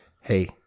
Hey